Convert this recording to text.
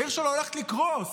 שהעיר שלו הולכת לקרוס